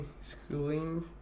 schooling